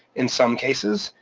in some cases,